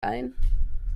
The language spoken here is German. ein